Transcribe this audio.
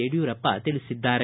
ಯಡಿಯೂರಪ್ಪ ತಿಳಿಸಿದ್ದಾರೆ